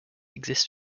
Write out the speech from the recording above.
exist